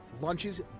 Lunches